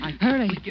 Hurry